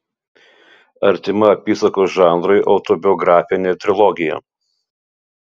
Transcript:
artima apysakos žanrui autobiografinė trilogija